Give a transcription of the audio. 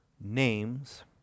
names